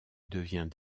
devient